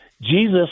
Jesus